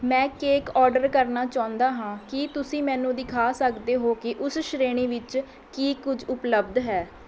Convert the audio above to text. ਮੈਂ cake order ਕਰਨਾ ਚਾਹੁੰਦਾ ਹਾਂ ਕੀ ਤੁਸੀਂ ਮੈਨੂੰ ਦਿਖਾ ਸਕਦੇ ਹੋ ਕਿ ਉਸ ਸ਼੍ਰੇਣੀ ਵਿੱਚ ਕੀ ਕੁਝ ਉਪਲਬਧ ਹੈ